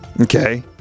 Okay